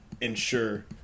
ensure